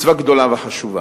מצווה גדולה וחשובה.